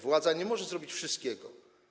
Władza nie może zrobić wszystkiego.